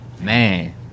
man